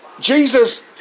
Jesus